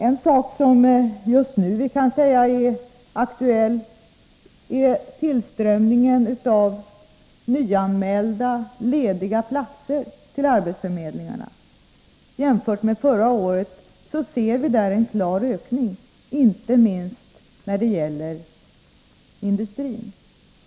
En sak som just nu kan sägas vara aktuell är tillströmningen av nyanmälda lediga platser till arbetsförmedlingarna. Jämfört med förra året föreligger där en klar ökning, inte minst när det gäller industrin.